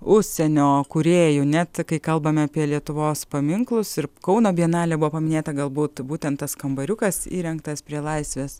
užsienio kūrėjų net kai kalbame apie lietuvos paminklus ir kauno bienalė buvo paminėta galbūt būtent tas kambariukas įrengtas prie laisvės